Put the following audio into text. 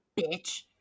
bitch